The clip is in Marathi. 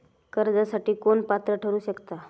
कर्जासाठी कोण पात्र ठरु शकता?